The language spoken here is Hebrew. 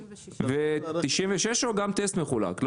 --- 96 או גם טסט מחולק?